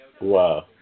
Wow